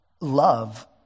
love